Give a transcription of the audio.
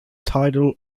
tidal